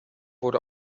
wurde